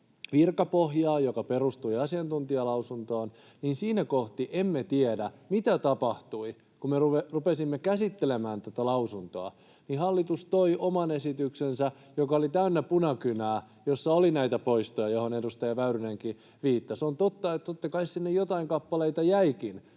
virkapohjaa, joka perustui asiantuntijalausuntoihin, niin siinä kohti emme tiedä, mitä tapahtui — kun me rupesimme käsittelemään tätä lausuntoa, niin hallitus toi oman esityksensä, joka oli täynnä punakynää, jossa oli näitä poistoja, joihin edustaja Väyrynenkin viittasi. Se on totta, että totta kai sinne joitain kappaleita jäikin,